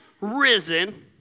risen